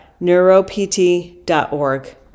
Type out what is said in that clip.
neuropt.org